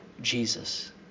Jesus